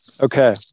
okay